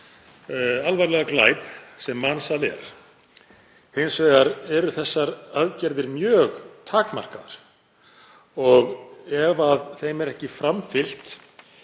alvarlega glæp sem mansal er. Hins vegar eru þessar aðgerðir mjög takmarkaðar og ef þeim er ekki framfylgt